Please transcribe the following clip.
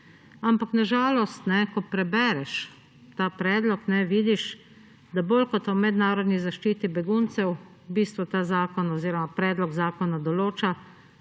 Ampak na žalost, ko prebereš ta predlog, vidiš, da bolj kot o mednarodni zaščiti beguncev v bistvu ta zakon oziroma predlog zakona določa,